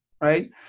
right